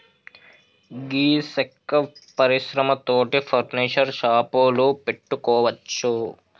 గీ సెక్క పరిశ్రమ తోటి ఫర్నీచర్ షాపులు పెట్టుకోవచ్చు